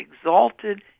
exalted